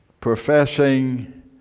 professing